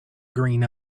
green